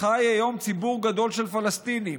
חי היום ציבור גדול של פלסטינים.